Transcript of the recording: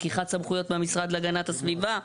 לקיחת סמכויות מהמשרד להגנת הסביבה.